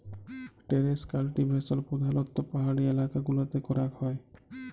terrace cultivation প্রধালত্ব পাহাড়ি এলাকা গুলতে ক্যরাক হ্যয়